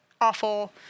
awful